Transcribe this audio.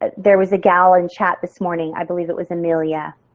ah there was a gallant chat this morning. i believe it was amelia.